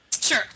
Sure